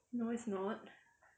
no it's not